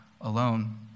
alone